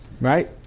Right